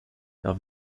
herr